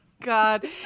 God